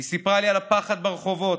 היא סיפרה לי על הפחד ברחובות,